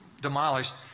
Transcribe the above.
demolished